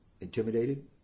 intimidated